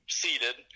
seated